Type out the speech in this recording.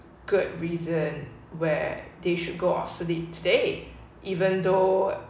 good reason where they should go obsolete today even though